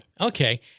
Okay